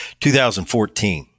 2014